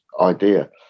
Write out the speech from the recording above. idea